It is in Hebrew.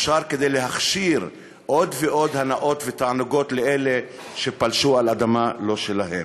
כדי להכשיר עוד ועוד הנאות ותענוגות לאלה שפלשו אל אדמה לא שלהם.